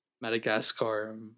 madagascar